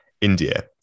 India